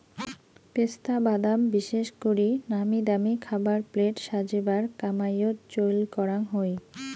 পেস্তা বাদাম বিশেষ করি নামিদামি খাবার প্লেট সাজেবার কামাইয়ত চইল করাং হই